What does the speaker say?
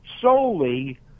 solely